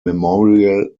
memorial